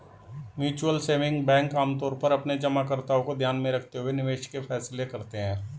mutual saving bank आमतौर पर अपने जमाकर्ताओं को ध्यान में रखते हुए निवेश के फैसले करते हैं